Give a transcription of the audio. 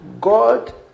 God